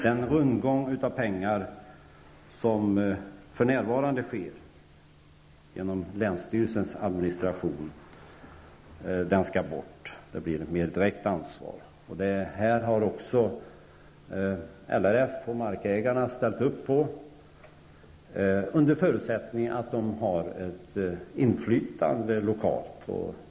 Den rundgång av pengar som för närvarande sker genom länsstyrelsens administration skall bort. Det blir mer direkt ansvar. Detta har också LRF och markägarna ställt upp på under förutsättning att de har ett lokalt inflytande.